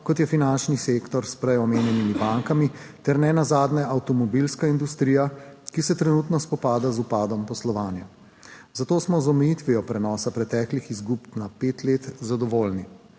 kot je finančni sektor s prej omenjenimi bankami ter ne nazadnje avtomobilska industrija, ki se trenutno spopada z upadom poslovanja. Zato smo z omejitvijo prenosa preteklih izgub na pet let zadovoljni.